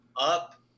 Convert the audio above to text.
Up